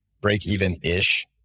break-even-ish